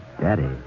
daddy